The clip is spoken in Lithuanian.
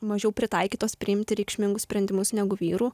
mažiau pritaikytos priimti reikšmingus sprendimus negu vyrų